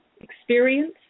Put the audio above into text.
experience